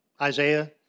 Isaiah